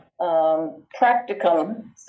practicum